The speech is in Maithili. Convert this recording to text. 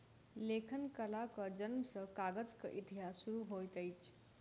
लेखन कलाक जनम सॅ कागजक इतिहास शुरू होइत अछि